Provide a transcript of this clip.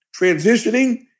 transitioning